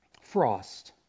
frost